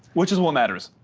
which is what matters,